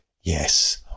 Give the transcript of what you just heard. yes